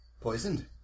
Poisoned